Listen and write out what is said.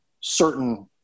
certain